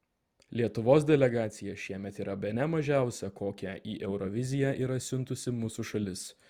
lietuvos delegacija šiemet yra bene mažiausia kokią į euroviziją yra siuntusi mūsų šalis